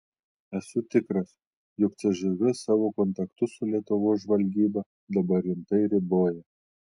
esu tikras jog cžv savo kontaktus su lietuvos žvalgyba dabar rimtai riboja